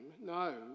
No